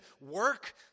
work